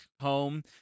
home